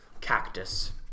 Cactus